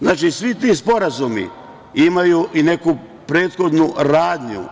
Znači, svi ti sporazumi imaju i neku prethodnu radnju.